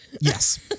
Yes